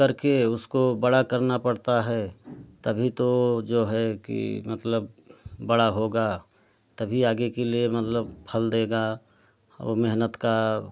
करके उसको बड़ा करना पड़ता है तभी तो जो है कि मतलब बड़ा होगा तभी आगे की लिए मतलब फल देगा और मेहनत का